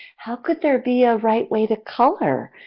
how could there be a right way to color?